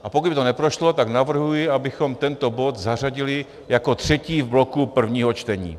A pokud by to neprošlo, tak navrhuji, abychom tento bod zařadili jako třetí v bloku prvních čtení.